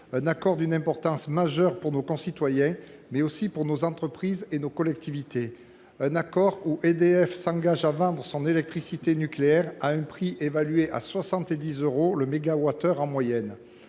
Cet accord est d’une importance majeure pour nos concitoyens, mais aussi pour nos entreprises et nos collectivités. En effet, EDF s’y engage à vendre son électricité nucléaire à un prix évalué à 70 euros le mégawattheure en moyenne.